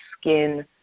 skin